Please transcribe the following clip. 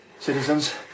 Citizens